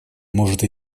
может